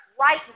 right